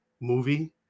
Movie